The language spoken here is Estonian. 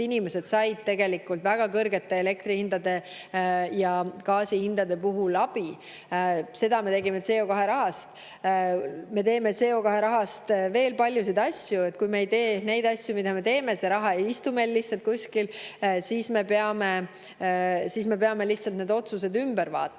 inimesed said tegelikult väga kõrgete elektrihindade ja gaasihindade puhul abi. Seda me tegime CO2rahast. Me teeme CO2rahast veel paljusid asju. Kui me ei teeks neid asju, mida me teeme – see raha ei istu lihtsalt meil kuskil –, siis me peaksime need otsused ümber vaatama.